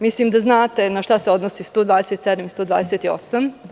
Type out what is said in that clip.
Mislim da znate na šta se odnose 127. i 128.